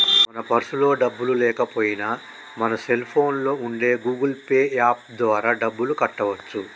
మన పర్సులో డబ్బులు లేకపోయినా మన సెల్ ఫోన్లో ఉండే గూగుల్ పే యాప్ ద్వారా డబ్బులు కట్టవచ్చు